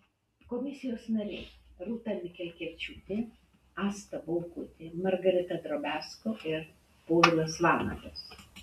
komisijos nariai rūta mikelkevičiūtė asta baukutė margarita drobiazko ir povilas vanagas